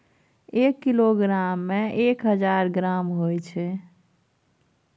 एक किलोग्राम में एक हजार ग्राम होय छै